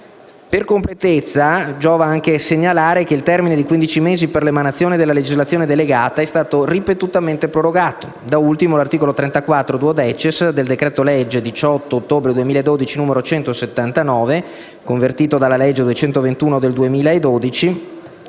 Per completezza, giova anche segnalare che il termine di 15 mesi per l'emanazione della legislazione delegata è stato ripetutamente prorogato. Da ultimo, l'articolo 34-*duodecies* del decreto-legge del 18 ottobre 2012, n. 179, convertito dalla legge n. 221 del 2012,